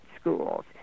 schools